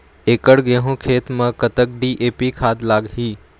एकड़ गेहूं खेत म कतक डी.ए.पी खाद लाग ही?